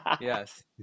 Yes